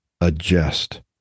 adjust